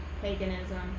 paganism